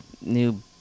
new